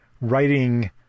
writing